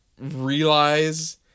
realize